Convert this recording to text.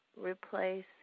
replace